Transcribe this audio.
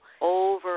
over